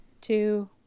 two